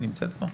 היא נמצאת פה?